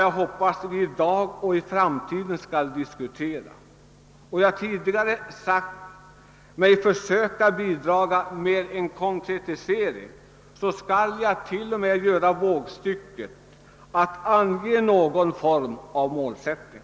Jag hoppas att vi i dag och i framtiden skall diskutera den saken. Men då jag tidigare sagt att jag skall försöka bidra med en konkretisering, skall jag t.o.m. göra vågstycket att ange någon form av målsättning.